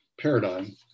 paradigm